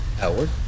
Outward